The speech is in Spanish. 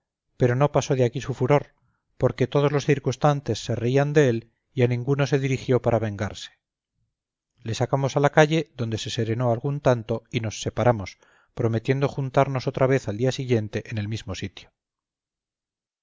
pero no pasó de aquí su furor porque todos los circunstantes se reían de él y a ninguno se dirigió para vengarse le sacamos a la calle donde se serenó algún tanto y nos separamos prometiendo juntarnos otra vez al día siguiente en el mismo sitio